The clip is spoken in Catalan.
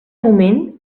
moment